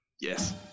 Yes